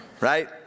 right